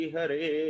Hare